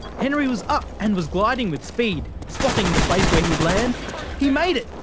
henry was up and was gliding with speed. spotting the place where he'd land he made it,